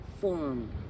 form